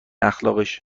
اخلاقشه